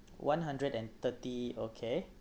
one hundred and thirty okay